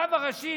הרב הראשי,